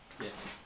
Yes